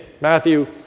Matthew